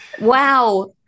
Wow